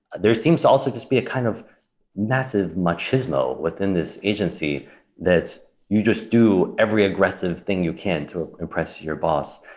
there seems to also just be a kind of massive machismo within this agency that you just do every aggressive thing you can to impress your boss.